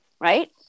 Right